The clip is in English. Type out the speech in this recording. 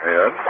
Yes